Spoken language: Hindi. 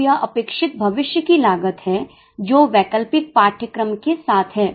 अब यह अपेक्षित भविष्य की लागत है जो वैकल्पिक पाठ्यक्रम के साथ है